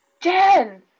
Jen